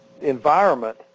environment